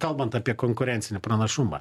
kalbant apie konkurencinį pranašumą